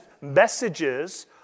messages